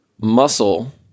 muscle